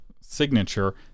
signature